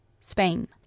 Spain